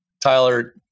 Tyler